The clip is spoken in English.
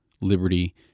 liberty